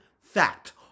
fact